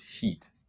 heat